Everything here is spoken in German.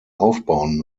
aufbauen